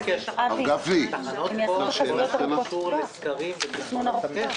יש תחנות כוח שבעניינן עורכים סקרים ותכנון ארוך-טווח.